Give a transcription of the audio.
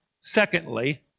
secondly